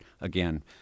again